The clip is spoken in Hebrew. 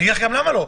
ואני אגיד לך למה לא.